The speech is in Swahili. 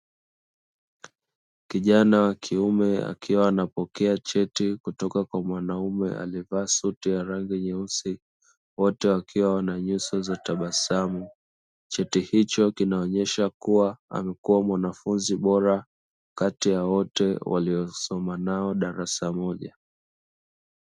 Kijana wakiume akiwa anapokea cheti kutoka kwa mwanaume aliyevaa suti ya rangi nyeusi, wote wakiwa wana nyuso za tabasamu. Cheti hicho kinaonyesha kuwa amekuwa mwanafunzi bora kati ya wote waliosoma nao darasa moja.